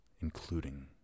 including